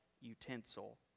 utensil